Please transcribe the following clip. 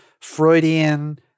Freudian